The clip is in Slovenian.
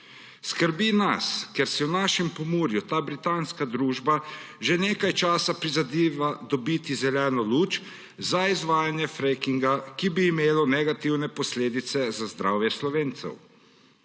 Skrbi nas, ker si v našem Pomurju ta britanska družba že nekaj časa prizadeva dobiti zeleno luč za izvajanje frackinga, ki bi imelo negativne posledice za zdravje Slovencev.